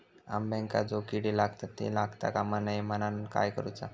अंब्यांका जो किडे लागतत ते लागता कमा नये म्हनाण काय करूचा?